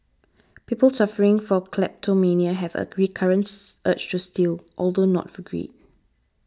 people suffering from kleptomania have a recurrent urge to steal although not for greed